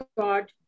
God